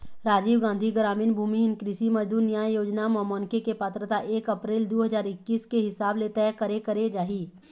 राजीव गांधी गरामीन भूमिहीन कृषि मजदूर न्याय योजना म मनखे के पात्रता एक अपरेल दू हजार एक्कीस के हिसाब ले तय करे करे जाही